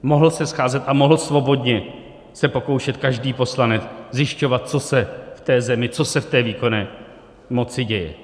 Mohl se scházet a mohl svobodně se pokoušet každý poslanec zjišťovat, co se v té zemi, co se v té výkonné moci děje.